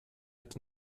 hat